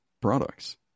products